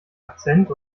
akzent